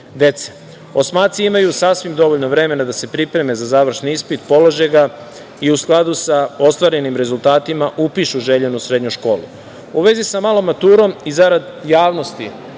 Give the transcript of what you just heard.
dece. Osmaci imaju sasvim dovoljno vremena da se pripreme za završni ispit i polože ga i u skladu sa ostvarenim rezultatima upišu željenu srednju školu.U vezi sa malom maturom i zarad javnost,